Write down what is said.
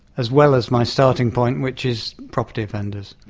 as well as my starting point which is property offenders.